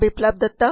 Biplab Datta DR